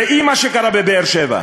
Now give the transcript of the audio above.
ראי מה שקרה בבאר-שבע.